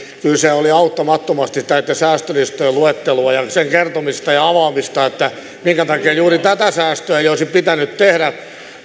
oli auttamattomasti säästölistojen luetteloa ja sen kertomista ja avaamista että minkä takia juuri tätä säästöä ei olisi pitänyt tehdä